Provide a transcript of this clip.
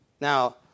Now